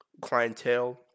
clientele